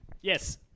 Yes